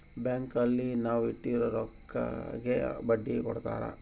bank ಅಲ್ಲಿ ನಾವ್ ಇಟ್ಟಿರೋ ರೊಕ್ಕಗೆ ಬಡ್ಡಿ ಕೊಡ್ತಾರ